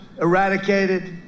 eradicated